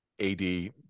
AD